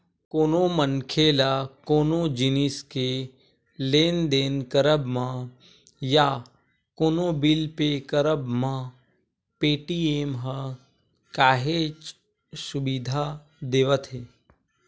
कोनो मनखे ल कोनो जिनिस के लेन देन करब म या कोनो बिल पे करब म पेटीएम ह काहेच सुबिधा देवथे